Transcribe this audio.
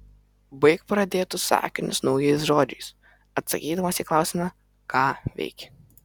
baik pradėtus sakinius naujais žodžiais atsakydamas į klausimą ką veikė